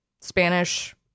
Spanish